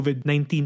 COVID-19